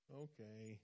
okay